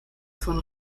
von